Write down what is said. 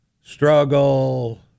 Struggle